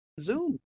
zoom